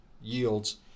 yields